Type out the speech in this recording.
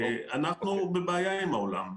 אנחנו בבעיה עם העולם,